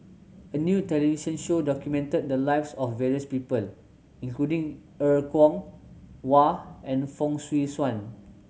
a new television show documented the lives of various people including Er Kwong Wah and Fong Swee Suan